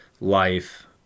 life